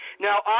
Now